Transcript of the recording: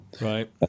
right